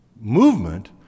Movement